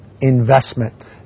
investment